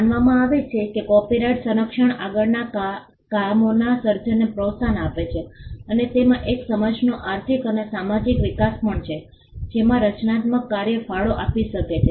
માનવામાં આવે છે કે કોપિરાઇટ સંરક્ષણ આગળના કામોના સર્જનને પ્રોત્સાહન આપે છે અને તેમાં એક સમાજનો આર્થિક અને સામાજિક વિકાસ પણ છે જેમાં રચનાત્મક કાર્ય ફાળો આપી શકે છે